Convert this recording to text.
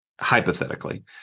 hypothetically